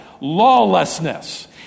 Lawlessness